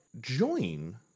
join